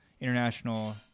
International